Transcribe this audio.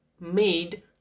made